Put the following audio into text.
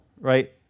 right